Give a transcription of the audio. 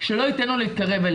שלא יתקרב אליה.